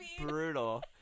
brutal